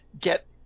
get